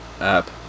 app